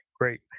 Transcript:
Great